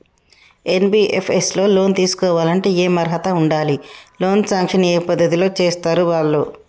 NBFS లో loan తీస్కోవాలంటే ఏం అర్హత ఉండాలి? లోన్ సాంక్షన్ ఏ పద్ధతి లో చేస్తరు వాళ్లు?